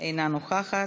אינה נוכחת,